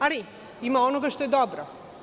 Ali, ima i onoga što je dobro.